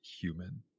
human